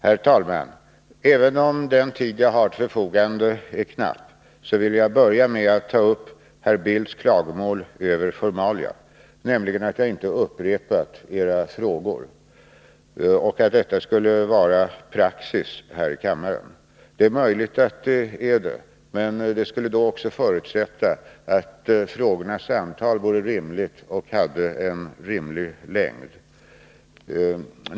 Herr talman! Även om den tid jag har till mitt förfogande är knapp vill jag börja med att ta upp herr Bildts klagomål över formalia, nämligen att jag inte upprepat era frågor. Han menar att detta skulle vara praxis här i kammaren. Det är möjligt att det är så, men det skulle också förutsätta att frågorna och samtalen hade ett rimligt innehåll och en rimlig längd.